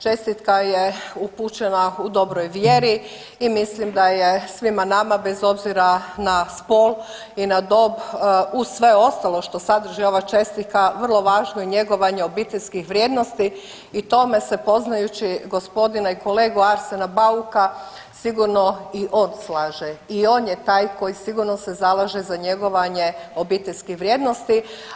Čestitka je upućena u dobroj vjeri i mislim da je svima nama bez obzira na spol i na dob uz sve ostalo što sadrži ova čestitka vrlo važno i njegovanje obiteljskih vrijednosti i tome se poznajući gospodina i kolegu Arsena Bauka sigurno i on slaže i on je taj koji sigurno se zalaže za njegovanje obiteljskih vrijednosti.